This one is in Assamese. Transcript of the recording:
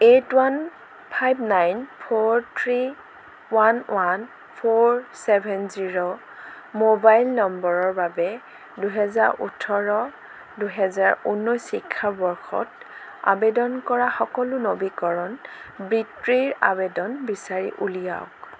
eight one five nine four three one one four seven zero mobile নম্বৰৰ বাবে দুহেজাৰ ওঠৰ দুহেজাৰ ঊনৈছ শিক্ষাবৰ্ষত আবেদন কৰা সকলো নৱীকৰণ বৃত্তিৰ আবেদন বিচাৰি উলিয়াওক